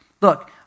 Look